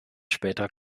später